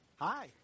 Hi